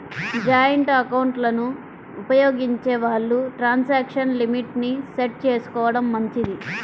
joint ఎకౌంట్లను ఉపయోగించే వాళ్ళు ట్రాన్సాక్షన్ లిమిట్ ని సెట్ చేసుకోడం మంచిది